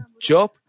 Job